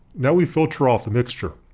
now we filter off the mixture.